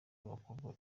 w’abakobwa